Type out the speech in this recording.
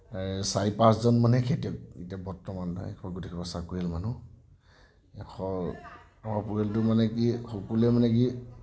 চাৰি পাঁচজনমানেই খেতিয়ক এতিয়া বৰ্তমান গোটেইসোপা চাকৰিয়াল মানুহ এশ আমাৰ পৰিয়ালটোত মানে কি সকলোৱে মানে কি